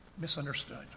misunderstood